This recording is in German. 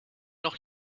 noch